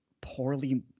poorly